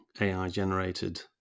AI-generated